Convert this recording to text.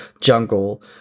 jungle